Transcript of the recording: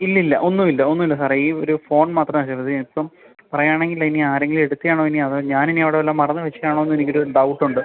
ഇല്ലില്ല ഒന്നും ഇല്ല ഒന്നും ഇല്ല സാറേ ഈ ഒരു ഫോൺ മാത്രമാണ് ചെയ്തത് ഇപ്പം പറയാണെങ്കിലിനി ആരെങ്കിലും എടുത്തതാണോ ഇനി അതോ ഞാനിനി അവിടെ വല്ലതും മറന്ന് വെച്ചിട്ടാണോന്ന് എനിക്കൊരു ഡൗട്ടുണ്ട്